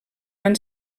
van